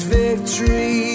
victory